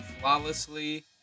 flawlessly